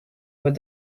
would